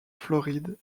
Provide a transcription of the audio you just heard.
floride